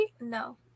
No